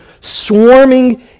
swarming